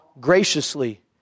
graciously